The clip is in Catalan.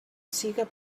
siga